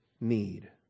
need